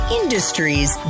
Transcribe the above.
industries